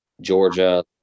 Georgia